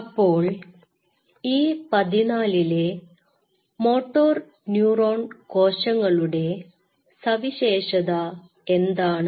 അപ്പോൾ E14 ലെ motor neuron കോശങ്ങളുടെ സവിശേഷത എന്താണ്